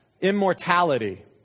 Immortality